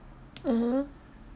(uh huh)